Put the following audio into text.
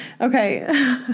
Okay